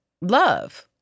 love